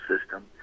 system